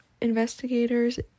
investigators